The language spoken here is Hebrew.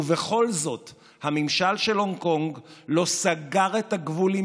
ובכל זאת הממשל של הונג קונג לא סגר את הגבול עם